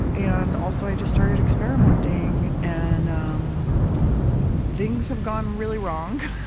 and also, i just started experimenting. and um things have gone really wrong